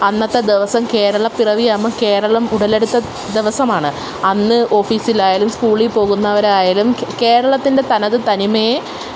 അന്നത്തെ ദിവസം കേരളപ്പിറവി ആകുമ്പം കേരളം ഉടലെടുത്ത ദിവസമാണ് അന്ന് ഓഫീസിലായാലും സ്കൂളിൽ പോകുന്നവരായാലും കേരളത്തിന്റെ തനത് തനിമയേ